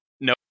No